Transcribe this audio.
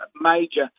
major